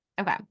okay